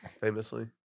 famously